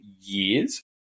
years